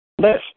List